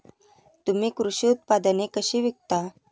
तुम्ही कृषी उत्पादने कशी विकता?